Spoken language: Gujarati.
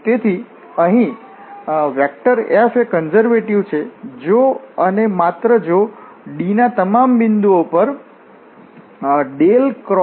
તેથી અહીં F એ કન્ઝર્વેટિવ છે જો અને માત્ર જો D ના તમામ બિંદુઓ પર F0